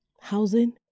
housing